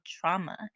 trauma